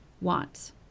want